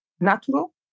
natural